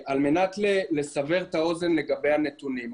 על מנת לסבר את האוזן לגבי הנתונים,